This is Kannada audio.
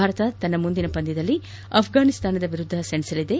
ಭಾರತ ತನ್ನ ಮುಂದಿನ ಪಂದ್ಯದಲ್ಲಿ ಆಫ್ವಾನಿಸ್ತಾನ ವಿರುದ್ದ ಸೆಣಸಲಿದೆ